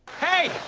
hey!